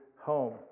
home